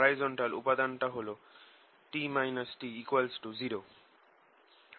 horizontal উপাদান টা T T0 হবে